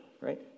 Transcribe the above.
right